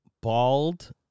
Bald